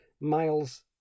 Miles